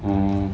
oh